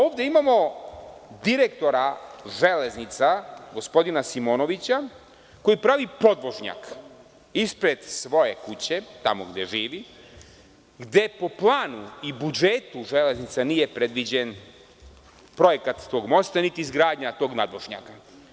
Ovde imamo direktora „Železnica“, gospodina Simonovića, koji pravi podvožnjak ispred svoje kuće, tamo gde živi, gde po planu i budžetu „Železnica“ nije predviđen projekat tog mosta, niti izgradnja tog nadvožnjaka.